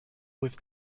with